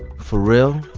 for real?